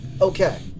Okay